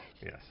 Yes